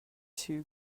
two